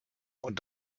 und